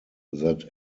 that